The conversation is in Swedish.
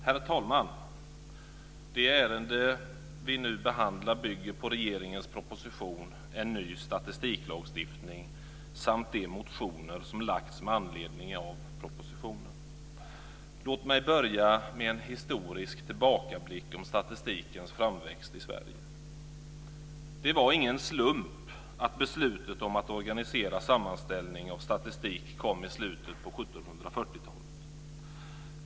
Herr talman! Det ärende vi nu behandlar bygger på regeringens proposition En ny statistiklagstiftning samt de motioner som väckts med anledning av propositionen. Låt mig börja med en historisk tillbakablick om statistikens framväxt i Sverige. Det var ingen slump att beslutet om att organisera sammanställning av statistik kom i slutet på 1740 talet.